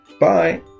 Bye